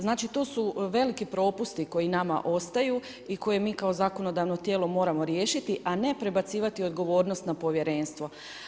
Znači to su veliki propusti koji nama ostaju i koji mi kao zakonodavno tijelo moramo riješiti a ne prebacivati odgovornost na povjerenstvo.